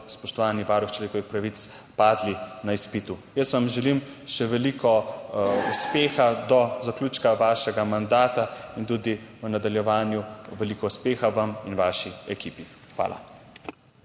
spoštovani varuh človekovih pravic, padli na izpitu. Jaz vam želim še veliko uspeha do zaključka vašega mandata in tudi v nadaljevanju veliko uspeha vam in vaši ekipi. Hvala.